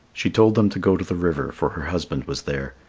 she told them to go to the river, for her husband was there.